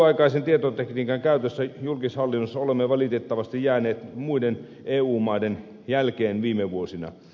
nykyaikaisen tietotekniikan käytössä julkishallinnossa olemme valitettavasti jääneet muiden eu maiden jälkeen viime vuosina